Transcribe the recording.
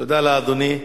תודה לאדוני.